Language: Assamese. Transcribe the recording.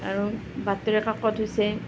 আৰু বাতৰি কাকত হৈছে